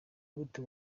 gute